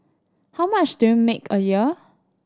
how much do you make a year